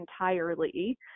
entirely